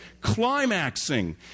climaxing